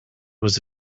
was